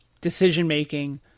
decision-making